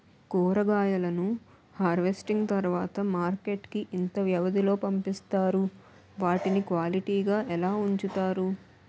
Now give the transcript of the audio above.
కూరగాయలను హార్వెస్టింగ్ తర్వాత మార్కెట్ కి ఇంత వ్యవది లొ పంపిస్తారు? వాటిని క్వాలిటీ గా ఎలా వుంచుతారు?